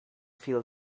feel